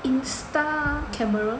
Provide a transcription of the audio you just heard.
insta camera